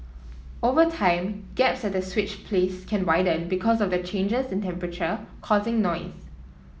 over time gaps at the switch plates can widen because of changes in temperature causing noise